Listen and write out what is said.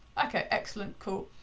okay, excellent, cool.